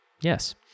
Yes